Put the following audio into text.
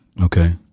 okay